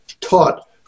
taught